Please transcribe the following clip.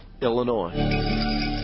Illinois